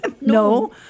No